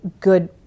good